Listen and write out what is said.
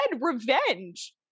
revenge